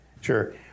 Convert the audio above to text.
Sure